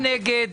חמישה נגד.